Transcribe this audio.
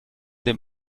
dem